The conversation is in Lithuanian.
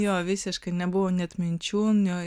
jo visiškai nebuvo net minčių